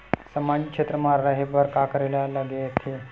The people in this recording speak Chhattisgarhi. सामाजिक क्षेत्र मा रा हे बार का करे ला लग थे